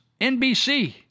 NBC